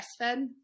breastfed